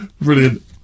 Brilliant